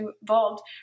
involved